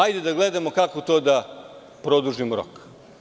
Hajde da gledamo kako da produžimo rok.